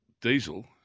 diesel